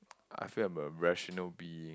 I feel I'm a rational being